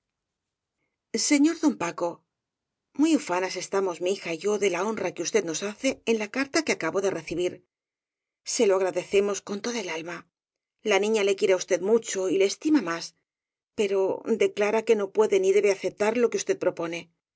señor don paco muy ufanas estamos mi hija y yo de la honra que usted nos hace en la carta que acabo de recibir se lo agradecemos con toda el alma la niña le quiere á usted mucho y le estima más pero declara que no puede ni debe aceptar lo que usted propone